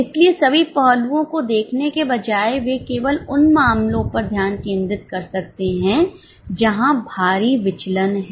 इसलिए सभी पहलुओं को देखने के बजाय वे केवल उन मामलों पर ध्यान केंद्रित कर सकते हैं जहां भारी विचलन हैं